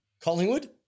Collingwood